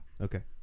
Okay